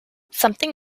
something